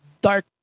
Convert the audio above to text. Dark